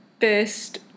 first